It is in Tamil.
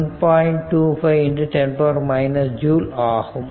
25× 10 3 ஜூல் ஆகும்